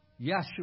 Yeshua